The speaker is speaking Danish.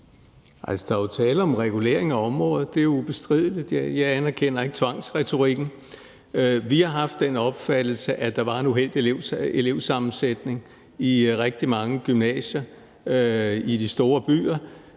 Altså, der er jo tale om regulering af området; det er ubestrideligt. Jeg anerkender ikke tvangsretorikken. Vi har haft den opfattelse, at der var en uheldig elevsammensætning i rigtig mange gymnasier i de store byer.